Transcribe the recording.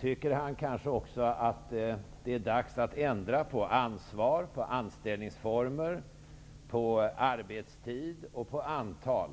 Tycker Birger Hagård att det är dags att ändra på ansvar, anställningsformer, arbetstid och antal?